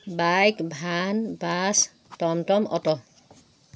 bike van bus tom-tom auto